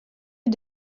est